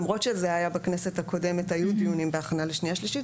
למרות שזה היה בכנסת הקודמת והיו דיונים בהכנה לשנייה ושלישית,